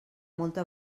molta